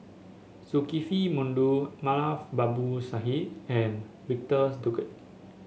Zulkifli Baharudin Moulavi Babu Sahib and Victor Doggett